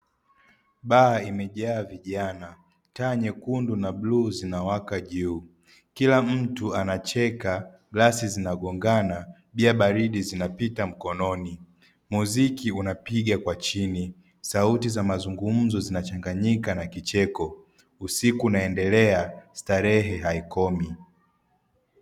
Baa imejaa vijana, taa nyekundu na bluu zinawaka juu, kila mtu anacheka, glasi zinagongana, bia baridi zinapita mkononi, muziki unapiga kwa chini sauti za mazungumzo zinachanganyika na kicheko, usiku unaendelea starehe haikomi.